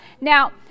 Now